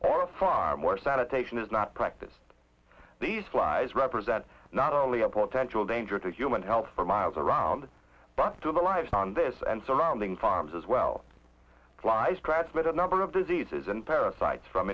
or a farm or sanitation is not practiced these flies represent not only a potential danger to human health for miles around but to the lives on this and surrounding farms as well flies transmitted number of diseases and parasites from